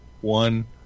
one